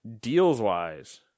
Deals-wise